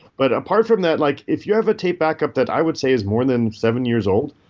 but apart from that, like if you have a take backup that i would say is more than seven years old,